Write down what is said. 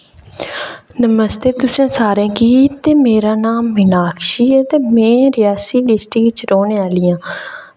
नमस्ते तुसें सारें गी ते मेरा नां मिनाक्षी ऐ ते में रेआसी डिस्ट्रिक च रौह्ने आह्ली आं